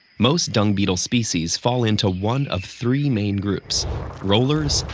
most dung beetle species fall into one of three main groups rollers,